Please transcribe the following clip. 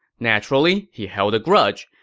naturally, he held a grudge,